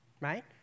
right